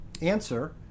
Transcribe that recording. Answer